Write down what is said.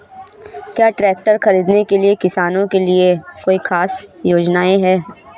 क्या ट्रैक्टर खरीदने के लिए किसानों के लिए कोई ख़ास योजनाएं हैं?